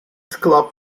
club